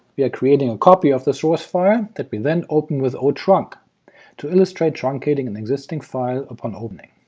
we are creating a copy of the source file that we then open with o trunc to illustrate truncating an existing file upon opening.